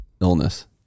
illness